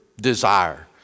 desire